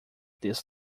this